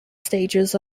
stages